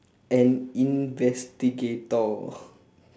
an investigator